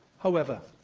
however,